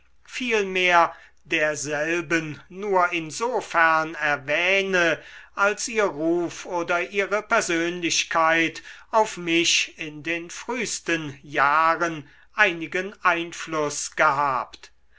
vielmehr derselben nur insofern erwähne als ihr ruf oder ihre persönlichkeit auf mich in den frühsten jahren einigen einfluß gehabt